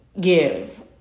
give